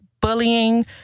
bullying